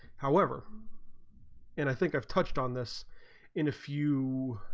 however and i think i've touched on this in a few